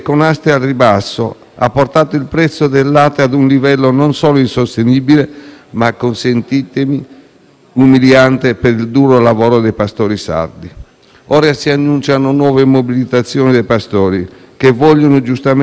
Ora si annunciano nuove mobilitazioni dei pastori che vogliono giustamente dire la loro nella trattativa sulla vertenza del latte. Qui si innesta anche il problema delle vicende giudiziarie di coloro che sinora hanno manifestato